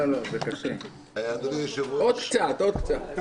אדוני היושב-ראש,